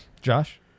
Josh